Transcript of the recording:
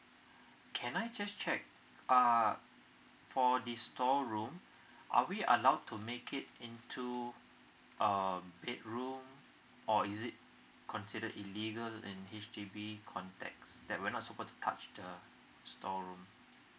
can I just check uh for the store room are we allowed to make it into a bedroom or is it consider illegal in H_D_B context that we're not suppose to touch the store room